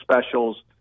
specials